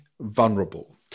vulnerable